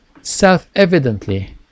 self-evidently